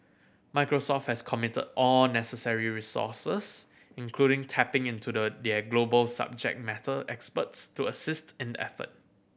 Microsoft has committed all necessary resources including tapping into the their global subject matter experts to assist in the effort